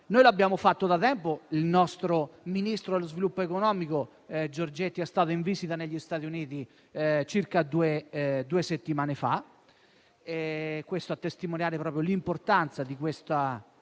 Noi l'abbiamo fatto da tempo; il nostro ministro dello sviluppo economico Giorgetti è stato in visita negli Stati Uniti circa due settimane fa, a testimoniare proprio l'importanza di questo